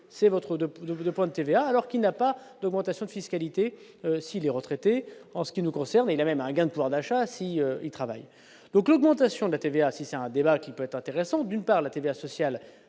plus de 2 points de TVA alors qu'il n'a pas d'augmentation de fiscalité si les retraités en ce qui nous concerne, il y a même un gain de pouvoir d'achat si il travaille, donc l'augmentation de la TVA, si c'est un débat qui peut être intéressant, d'une part, la TVA sociale